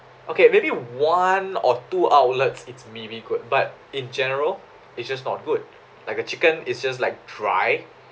okay maybe one or two outlets it's maybe good but in general it's just not good like the chicken it's just like dry